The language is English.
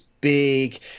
big